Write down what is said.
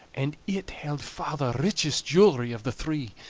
and it held far the richest jewelry of the three.